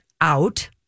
out